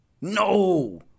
No